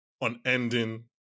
unending